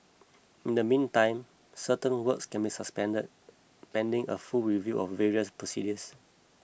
in the meantime certain works have been suspended pending a full review of various procedures